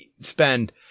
spend –